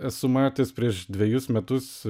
esu matęs prieš dvejus metus